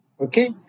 Okay